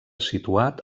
situat